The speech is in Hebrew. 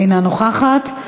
אינה נוכחת.